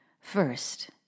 First